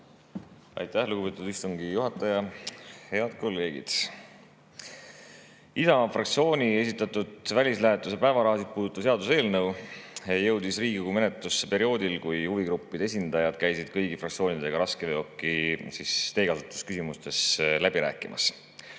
Aitäh, lugupeetud istungi juhataja! Head kolleegid! Isamaa fraktsiooni esitatud välislähetuse päevarahasid puudutav seaduseelnõu jõudis Riigikogu menetlusse perioodil, kui huvigruppide esindajad käisid kõigi fraktsioonidega raskeveoki teekasutuse küsimustes läbi rääkimas